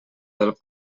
del